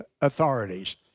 authorities